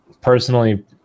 personally